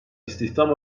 istihdam